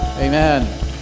Amen